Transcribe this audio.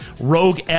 Rogue